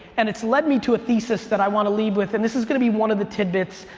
and it's led me to a thesis that i wanna leave with. and this is gonna be one of the tidbits.